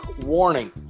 Warning